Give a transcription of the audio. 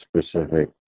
specific